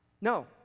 No